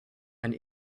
and